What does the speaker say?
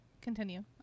Continue